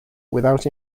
without